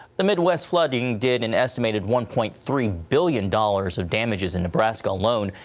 the midwest flooding did an estimated one point three billion dollars of damages in nebraska alone,